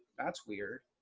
that's weird.